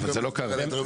אבל לא קרה.